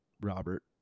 Robert